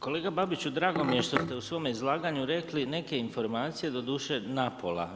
Kolega Babiću, drago mi je što ste u svome izlaganju rekli neke informacije, doduše napola.